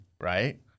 right